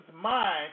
mind